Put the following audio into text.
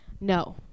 No